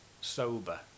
sober